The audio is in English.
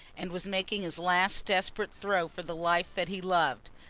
and was making his last desperate throw for the life that he loved,